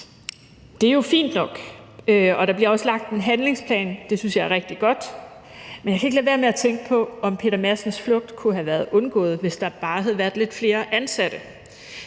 Det er jo fint nok, og der bliver lagt en handlingsplan. Det synes jeg er rigtig godt. Men jeg kan ikke lade være med at tænke på, om Peter Madsens flugt kunne have være undgået, hvis der bare havde været lidt flere ansatte.